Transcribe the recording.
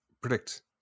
Predict